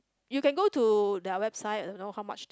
you can go to their website and know how much they